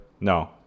no